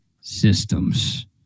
Systems